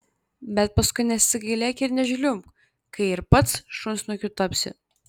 bet paskui nesigailėk ir nežliumbk kai ir pats šunsnukiu tapsi